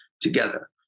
together